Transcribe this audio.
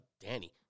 Danny